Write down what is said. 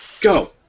Go